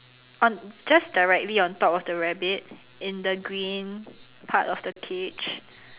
on just directly on top of the rabbit in the green part of the cage